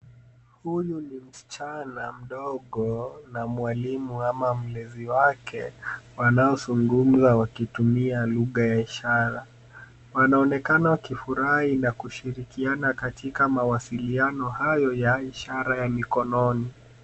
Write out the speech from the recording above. Huyu ni msichana mdogo na mwalimu ama mlezi wake wanaozungumza wakitumia lugha ya ishara. Wanaonekana wakifurahi na kushirikiana katika mawasiliano hayo ya ishara ya mikononi.